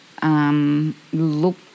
Look